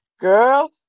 Girl